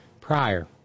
prior